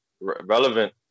relevant